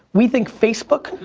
we think facebook,